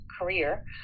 career